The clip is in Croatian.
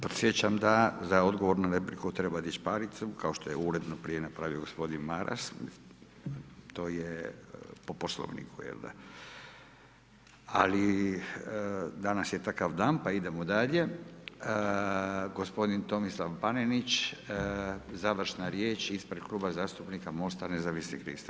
Podsjećam da za odgovor na repliku treba dić paricu kao što je uredno prije napravio gospodin Maras, to je po Poslovniku, jel da, ali danas je takav dan pa idemo dalje, gospodin Tomislav Panenić, završna riječ ispred Kluba zastupnika Mosta nezavisnih lista.